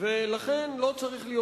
ולכן לא צריך להיות